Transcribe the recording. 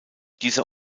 dieser